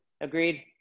Agreed